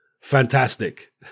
Fantastic